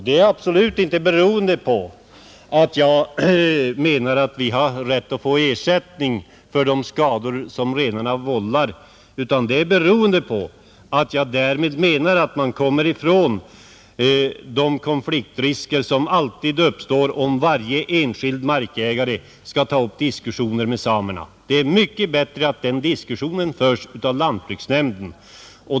Det beror inte på att vi får rätt till ersättning för de skador som renarna vållar, utan det beror på att man därmed kommer ifrån de konfliktrisker som alltid uppstår om varje enskild markägare skall ta upp diskussioner med samerna. Det är mycket bättre att den diskussionen förs med lantbruksnämnden.